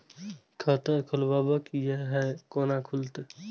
खाता खोलवाक यै है कोना खुलत?